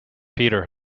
peter